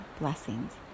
blessings